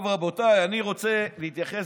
טוב, רבותיי, אני רוצה להתייחס